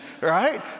right